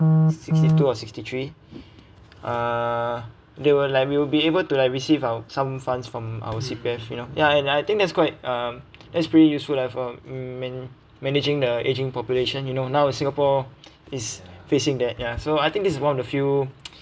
sixty two or sixty three uh they will like we'll be able to like receive our some funds from our C_P_F you know ya and I think that's quite uh that's pretty useful like for man~ managing the aging population you know now as singapore is facing that ya so I think this is one of the few